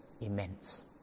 immense